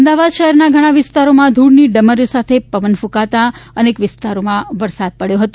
અમદાવાદ શહેરના ઘણા વિસ્તારોમાં ધૂળની ડમરીઓ સાથે પવન ફૂંકાતા અનેક વિસ્તારમાં વરસાદ પડચો હતો